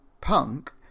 punk